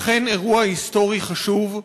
אכן, אירוע היסטורי חשוב.